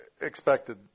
expected